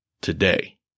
today